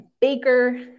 Baker